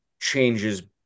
changes